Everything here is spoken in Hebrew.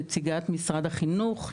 נציגת משרד החינוך,